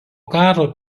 karo